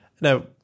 Now